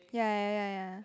ya ya ya ya